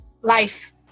life